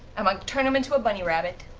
um like turn him into a bunny rabbit.